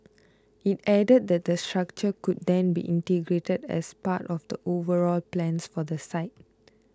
it added that the structure could then be integrated as part of the overall plans for the site